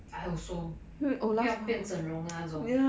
I also 不要变整容 ah 那种